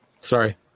Sorry